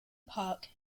park